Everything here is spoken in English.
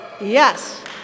yes